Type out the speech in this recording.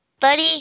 Buddy